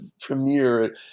premiere